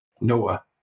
Noah